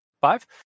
Five